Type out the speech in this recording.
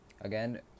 Again